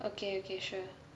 okay okay sure